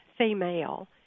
female